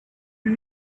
you